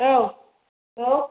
औ हेलौ